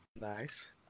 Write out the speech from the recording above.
Nice